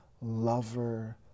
lover